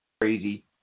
crazy